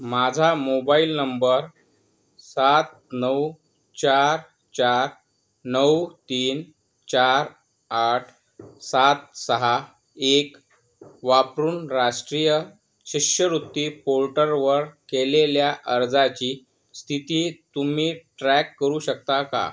माझा mobile number सात नऊ चार चार नऊ तीन चार आठ सात सहा एक वापरून राष्ट्रीय शिष्यवृत्ती पोर्टरवर केलेल्या अर्जाची स्थिती तुम्ही ट्रॅक करू शकता का